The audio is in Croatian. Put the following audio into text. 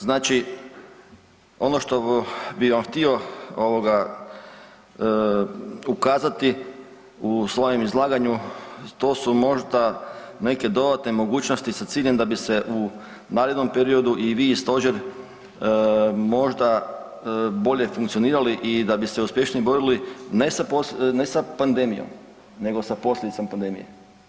Znači, ono bi vam htio ovoga ukazati u svojem izlaganju to su možda neke dodatne moćnosti sa ciljem da bi se u narednom periodu i vi i stožer možda bolje funkcionirali i da bi se uspješnije borili ne sa pandemijom nego sa posljedicama pandemije.